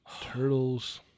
Turtles